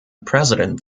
president